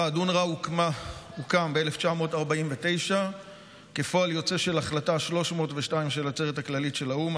אונר"א הוקם ב-1949 כפועל יוצא של החלטה 302 של העצרת הכללית של האו"ם.